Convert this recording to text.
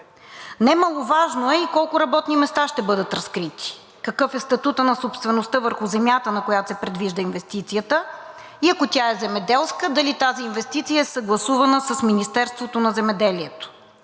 Немаловажно е и колко работни места ще бъдат разкрити? Какъв е статутът и собствеността върху земята, на която се предвижда инвестицията, и ако тя е земеделска, дали тази инвестиция е съгласувана с Министерството на земеделието?